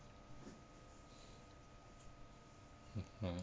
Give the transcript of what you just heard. mm ya